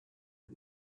for